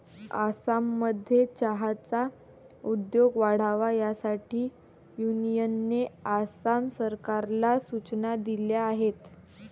आसाममध्ये चहाचा उद्योग वाढावा यासाठी युनियनने आसाम सरकारला सूचना दिल्या आहेत